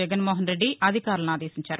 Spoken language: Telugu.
జగన్మోహన్ రెడ్డి అధికారులను ఆదేశించారు